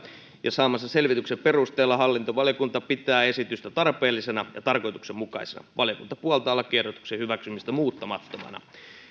ja saamansa selvityksen perusteella hallintovaliokunta pitää esitystä tarpeellisena ja tarkoituksenmukaisena valiokunta puoltaa lakiehdotuksen hyväksymistä muuttamattomana